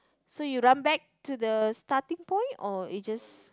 so you run back to the starting point or you just